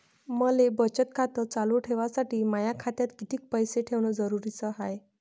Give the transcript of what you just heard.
मले बचत खातं चालू ठेवासाठी माया खात्यात कितीक पैसे ठेवण जरुरीच हाय?